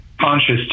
conscious